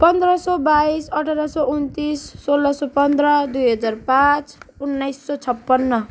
पन्ध्र सौ बाइस अठार सौ उनन्तिस सोह्र सौ पन्ध्र दुई हजार पाँच उन्नाइस सौ छप्पन्न